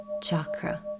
chakra